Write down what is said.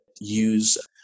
use